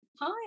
Hi